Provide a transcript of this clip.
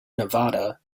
nevada